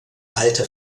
alte